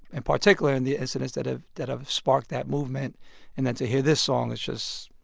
in particular, and the incidents that have that have sparked that movement and then to hear this song, it's just